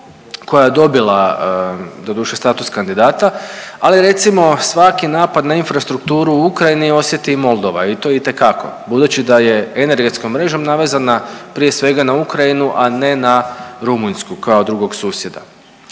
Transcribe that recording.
koja je dobila doduše status kandidata, ali recimo svaki napad na infrastrukturu u Ukrajini osjeti i Moldava i to itekako budući da je energetskom mrežom navezana prije svega na Ukrajinu, a ne na Rumunjsku kao drugog susjeda.